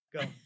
Go